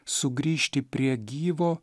sugrįžti prie gyvo